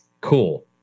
Cool